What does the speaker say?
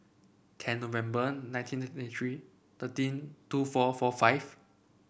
ten November nineteen ninety three thirteen two four four five